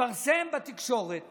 התפרסם בתקשורת